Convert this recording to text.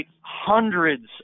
hundreds